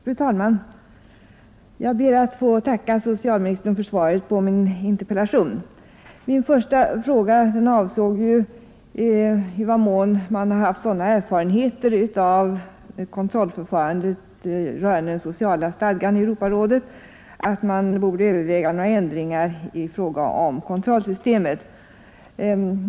Fru talman! Jag ber att få tacka socialministern för svaret på min interpellation. Min första fråga avsåg i vad mån man har haft sådana erfarenheter av kontrollförfarandet rörande den sociala stadgan i Europarådet att man borde överväga några ändringar av kontrollsystemet.